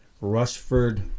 Rushford